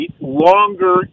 longer